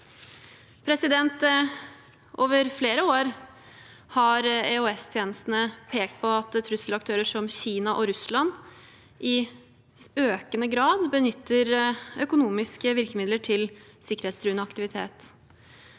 Over flere år har EOS-tjenestene pekt på at trusselaktører som Kina og Russland i økende grad benytter økonomiske virkemidler til sikkerhetstruende aktivitet.